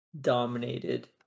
dominated